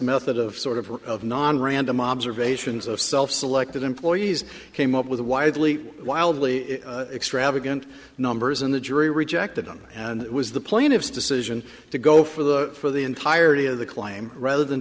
method of sort of of nonrandom observations of self selected employees came up with widely wildly extravagant numbers and the jury rejected them and it was the plaintiff's decision to go for the for the entirety of the claim rather than